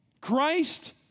Christ